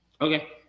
Okay